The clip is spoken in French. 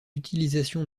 utilisation